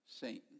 saint